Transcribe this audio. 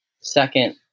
second